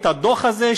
את הדוח הזה,